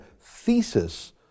thesis